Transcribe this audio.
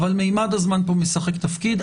אבל ממד הזמן משחק פה תפקיד.